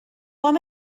وام